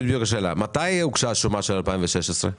מתי הוגשה השומה של 2016?